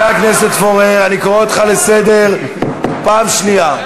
אני קורא אותך לסדר פעם ראשונה.